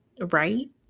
right